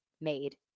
made